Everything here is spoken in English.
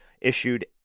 issued